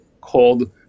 called